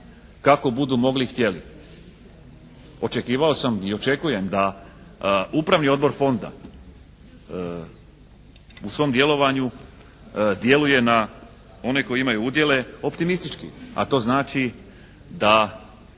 kako budu mogli i htjeli. Očekivao sam i očekujem da Upravni odbor Fonda u svom djelovanju djeluje na one koji imaju udjele optimistički, a to znači da